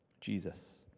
Jesus